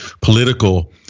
political